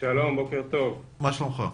מה שלומך?